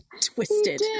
twisted